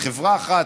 לחברה אחת,